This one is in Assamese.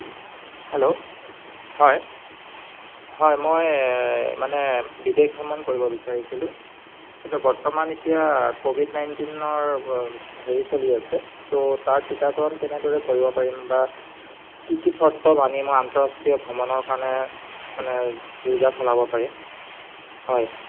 হেল্ল' হয় হয় মই মানে বিদেশ ভ্ৰমণ কৰিব বিচাৰিছিলোঁ কিন্তু বৰ্তমান এতিয়া ক'ভিড নাইণ্টিনৰ হেৰি চলি আছে চ' তাৰ টীকাকৰণ কেনেদৰে কৰিব পাৰিম বা কি কি চৰ্ত মানি মই আন্তঃৰাষ্ট্ৰীয় ভ্ৰমণৰ কাৰণে মানে যোৰজা চলাব পাৰিম হয়